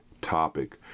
topic